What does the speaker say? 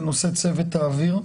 התייחסות שלכם לנושא צוות האוויר.